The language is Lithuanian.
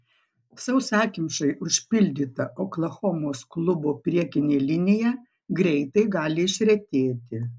sausakimšai užpildyta oklahomos klubo priekinė linija greitai gali išretėti